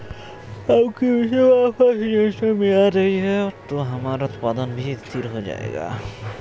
अब कीमतें वापस नियंत्रण में आ रही हैं तो हमारा उत्पादन भी स्थिर हो जाएगा